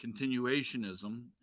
continuationism